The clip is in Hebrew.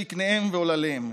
זקניהם ועולליהם,